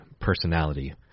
personality